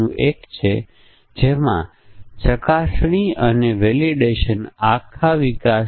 અને જો તેમાંથી કોઈ ખોટું છે તો આપણે કહીએ છીએ કે તે ત્રિકોણ નથી